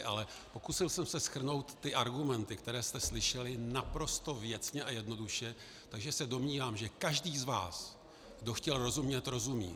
Ale pokusil jsem se shrnout argumenty, které jste slyšeli, naprosto věcně a jednoduše, takže se domnívám, že každý z vás, kdo chtěl rozumět, rozumí.